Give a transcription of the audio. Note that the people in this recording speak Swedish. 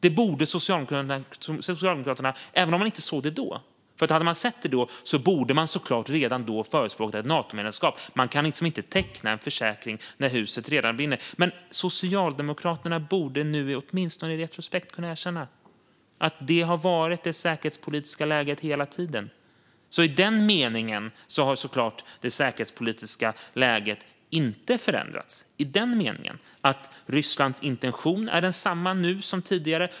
Det borde Socialdemokraterna kunna göra, även om man inte såg det då. Hade man sett det då borde man såklart redan då ha förespråkat ett Natomedlemskap. Man kan liksom inte teckna en försäkring när huset redan brinner. Men Socialdemokraterna borde nu, åtminstone retrospektivt, kunna erkänna att detta har varit det säkerhetspolitiska läget hela tiden. I den meningen har såklart inte det säkerhetspolitiska läget förändrats. Rysslands intention är densamma nu som tidigare.